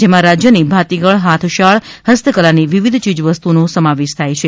જેમાં રાજ્યની બાતીગળ હાથશાળ હસ્તકલાની વિવિધ ચીજવસ્તુઓનો સમાવેશ થાય છે